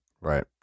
Right